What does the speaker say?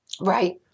Right